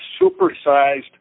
supersized